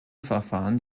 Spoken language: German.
verfahren